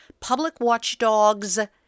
PublicWatchdogs